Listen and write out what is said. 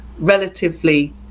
Relatively